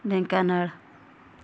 Dhenkanal